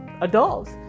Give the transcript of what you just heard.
adults